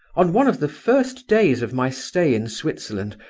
on one of the first days of my stay in switzerland,